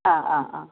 ആ ആ ആ